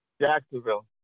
Jacksonville